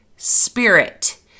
Spirit